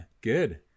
good